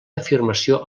afirmació